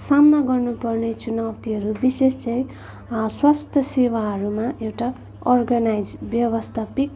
सामना गर्नु पर्ने चुनौतीहरू विशेष चाहिँ स्वस्थ सेवाहरूमा एउटा अर्गनाइज व्यवस्थापिक